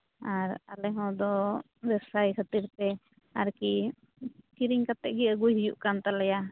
ᱟᱨ ᱟᱞᱮ ᱦᱚᱸ ᱟᱫᱚ ᱵᱮᱵᱥᱟᱭᱤ ᱠᱷᱟᱹᱛᱤᱨᱛᱮ ᱟᱨᱠᱤ ᱠᱤᱨᱤᱧ ᱠᱟᱛᱮ ᱜᱮ ᱟᱹᱜᱩᱭ ᱦᱩᱭᱩᱜ ᱠᱟᱱ ᱛᱟᱞᱮᱭᱟ